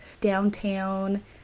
downtown